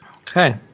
Okay